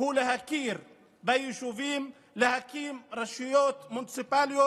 בשביל לדבר איתכם על מקרה מדאיג של רדיפה פוליטית.